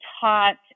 taught